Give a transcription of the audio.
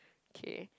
okay